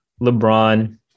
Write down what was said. LeBron